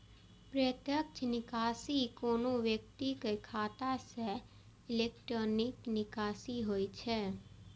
प्रत्यक्ष निकासी कोनो व्यक्तिक खाता सं इलेक्ट्रॉनिक निकासी होइ छै